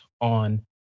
on